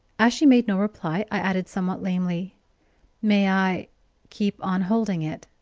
as she made no reply, i added somewhat lamely may i keep on holding it?